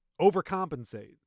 overcompensate